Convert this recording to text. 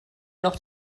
noch